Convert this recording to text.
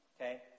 okay